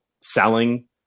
selling